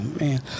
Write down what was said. man